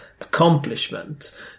accomplishment